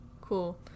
Cool